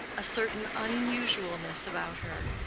a certain unusualness about her,